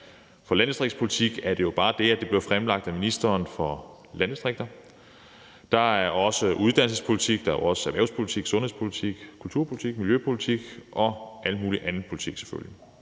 For landdistriktspolitik er det jo bare det, at det bliver fremlagt af ministeren for landdistrikter. Der er også uddannelsespolitik. Der er også erhvervspolitik, sundhedspolitik, kulturpolitik, miljøpolitik og alt muligt andet politik, selvfølgelig.